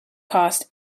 cost